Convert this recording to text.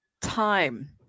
Time